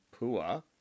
Pua